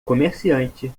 comerciante